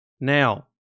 Now